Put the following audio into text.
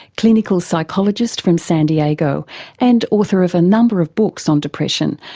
clinical psychologist from san diego and author of a number of books on depression,